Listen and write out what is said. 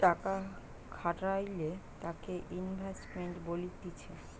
টাকা খাটাইলে তাকে ইনভেস্টমেন্ট বলতিছে